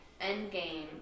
Endgame